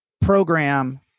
program